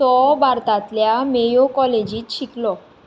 तो भारतांतल्या मेयो कॉलेजींत शिकलो